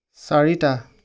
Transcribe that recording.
চাৰিটা